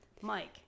Mike